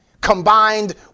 combined